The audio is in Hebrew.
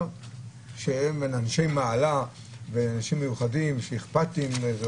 שהם אנשי מעלה ואנשים מיוחדים שהם אכפתיים.